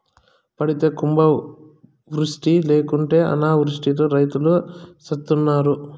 పడితే కుంభవృష్టి లేకుంటే అనావృష్టితో రైతులు సత్తన్నారు